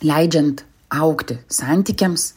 leidžiant augti santykiams